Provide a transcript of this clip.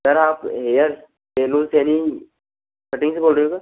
sir आप hair salon selling cutting से बोल रहे हो सर